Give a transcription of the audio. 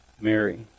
Mary